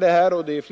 Det här ärendet